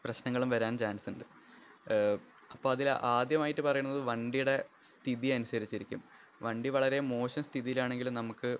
പ്രശ്നങ്ങളും വരാന് ചാന്സുണ്ട് അപ്പോൾ അതിൽ ആദ്യമായിട്ടു പറയുന്നത് വണ്ടിയുടെ സ്ഥിതി അനുസരിച്ചിരിക്കും വണ്ടി വളരെ മോശം സ്ഥിതിയിലാണെങ്കില് നമുക്ക്